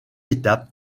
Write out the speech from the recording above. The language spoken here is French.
étape